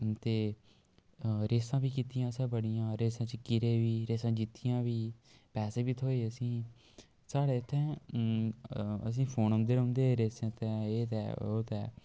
ते रेसां बी कीतियां असें बड़ियां रेसें च किरे बी रेसां जित्तियां बी पैसे बी थ्होए असेंगी साढ़ै इत्थैं असें फोन औंदे रेसें आस्तै एह् ते ऐ ओह् ते ऐ